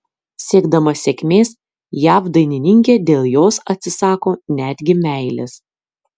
siekdama sėkmės jav dainininkė dėl jos atsisako netgi meilės